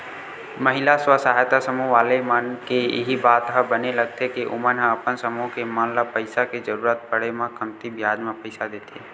महिला स्व सहायता समूह वाले मन के इही बात ह बने लगथे के ओमन ह अपन समूह के मन ल पइसा के जरुरत पड़े म कमती बियाज म पइसा देथे